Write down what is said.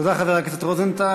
תודה, חבר הכנסת רוזנטל.